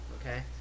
okay